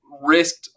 risked